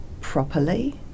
properly